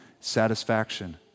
satisfaction